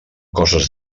coses